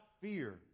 fear